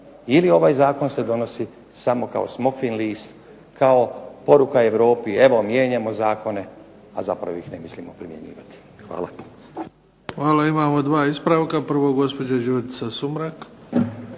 ili ovaj Zakon se donosi samo kao smokvin list, kao poruka Europi evo mijenjamo zakone, a zapravo ih ne mislimo primjenjivati. Hvala. **Bebić, Luka (HDZ)** Hvala. Imamo dva ispravka. Prvo gospođa Đurđica Sumrak.